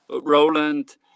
Roland